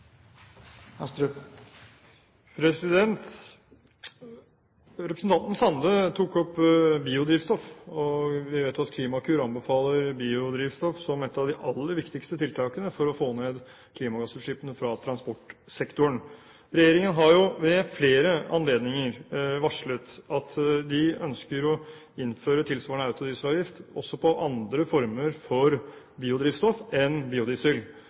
Representanten Sande tok opp biodrivstoff. Vi vet jo at Klimakur anbefaler biodrivstoff som et av de aller viktigste tiltakene for å få ned klimagassutslippene fra transportsektoren. Regjeringen har ved flere anledninger varslet at den ønsker å innføre en avgift tilsvarende autodieselavgift også på andre former for biodrivstoff enn biodiesel.